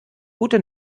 gute